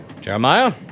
Jeremiah